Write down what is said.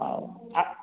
ହଉ